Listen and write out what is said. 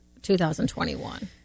2021